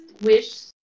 wish